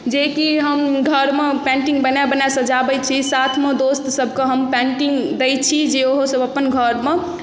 जेकि हम घरमे पेन्टिग बनाए बनाए सजाबै छी साथमे दोस्तसभके हम पेन्टिंग दै छी जे ओहोसभ अपन घरमे